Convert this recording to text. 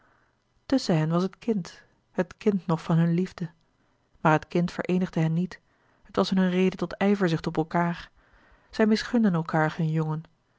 tusschen hen was het kind het kind nog van hunne liefde maar het kind vereenigde hen niet het was hun een reden tot ijverzucht op elkaâr louis couperus de boeken der kleine zielen zij misgunden elkander hun jongen